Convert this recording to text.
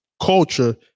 Culture